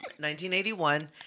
1981